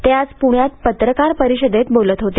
ते आज पुण्यात पत्रकार परिषदेत बोलत होते